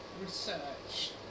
research